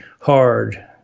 hard